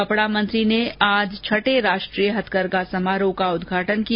कपड़ा मंत्री ने आज छठे राष्ट्रीय हथकरघा समारोह का उद्घाटन किया